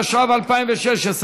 התשע"ו 2016,